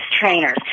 trainers